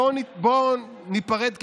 בוא ניפרד כידידים,